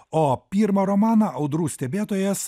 o pirmą romaną audrų stebėtojas